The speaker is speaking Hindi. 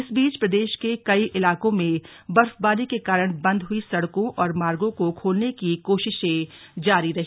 इस बीच प्रदेश के कई इलाकों में बर्फबारी के कारण बंद हुई सड़कों और मार्गों को खोलने की कोशिशं जारी रहीं